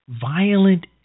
violent